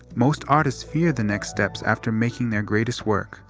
most artists fear the next steps after making their greatest work.